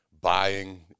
buying